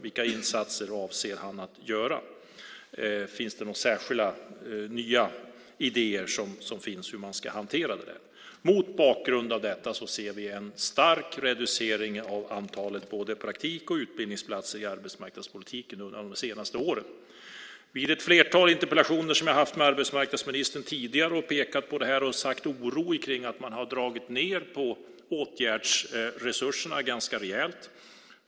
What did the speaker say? Vilka insatser avser han att göra? Finns det några särskilda nya idéer för hur man ska hantera det? Mot bakgrund av detta ser vi en stark reducering av antalet praktik och utbildningsplatser i arbetsmarknadspolitiken under de senaste åren. Vid ett flertal interpellationsdebatter som jag har haft med arbetsmarknadsministern tidigare har jag pekat på det och att jag känner oro för att man har dragit ned på åtgärdsresurserna ganska rejält.